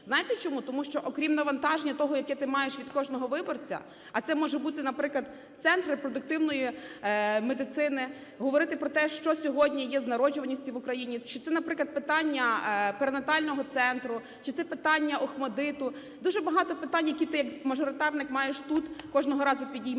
Знаєте чому? Тому що, окрім навантаження того, яке ти маєш від кожного виборця, а це може бути, наприклад, Центр репродуктивної медицини, говорити про те, що сьогодні є з народжуваністю в Україні, чи це, наприклад, питання пренатального центру, чи це питання ОХМАТДИТу. Дуже багато питань, які ти як мажоритарник маєш тут кожного разу підіймати.